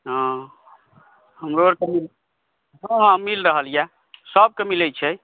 हँ हमरो आओरके मिल रहल यए सभकेँ मिलैत छै